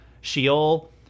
Sheol